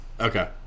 Okay